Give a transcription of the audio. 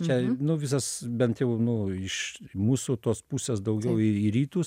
čia nu visas bent jau nu iš mūsų tos pusės daugiau į į rytus